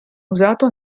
usato